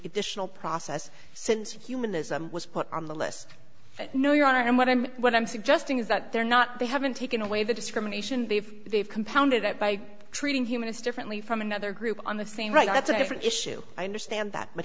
additional process since humanism was put on the list no your honor and what i'm what i'm suggesting is that they're not they haven't taken away the discrimination they've they've compounded it by treating humanists differently from another group on the same right that's a different issue i understand that but